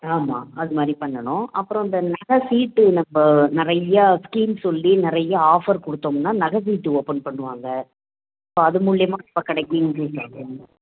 ஆமாம் அது மாதிரி பண்ணணும் அப்புறம் இந்த நகை சீட்டு நம்ப நிறையா ஸ்கீம் சொல்லி நிறைய ஆஃபர் கொடுத்தம்னா நகை சீட்டு ஓப்பன் பண்ணுவாங்க ஸோ அது மூலியமாக நம்ம கடைக்கு இன்க்ரீஸ் ஆகும்